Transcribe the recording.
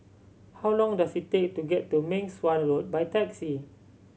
how long does it take to get to Meng Suan Road by taxi